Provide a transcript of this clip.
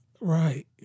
Right